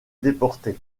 déporté